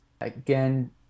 again